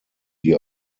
die